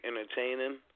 entertaining